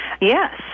yes